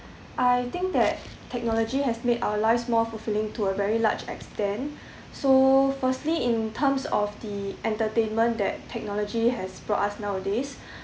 I think that technology has made our lives more fulfilling to a very large extent so firstly in terms of the entertainment that technology has brought us nowadays